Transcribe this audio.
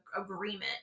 agreement